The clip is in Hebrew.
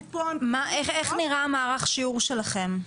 איך נראה מערך שיעור שלכם?